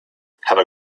have